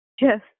Yes